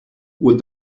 would